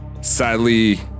sadly